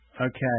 Okay